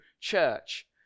church